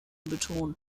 betonen